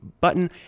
button